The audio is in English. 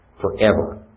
forever